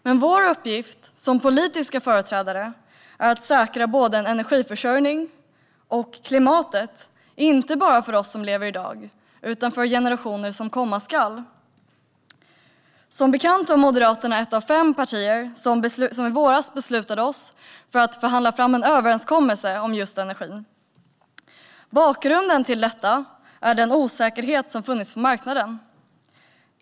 Men vår uppgift som politiska företrädare är att säkra både energiförsörjningen och klimatet, inte bara för oss som lever i dag utan även för de generationer som komma ska. Som bekant var Moderaterna ett av fem partier som i våras beslutade sig för att förhandla fram en överenskommelse om energi. Bakgrunden till detta är den osäkerhet som funnits på marknaden.